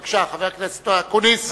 בבקשה, חבר הכנסת אקוניס.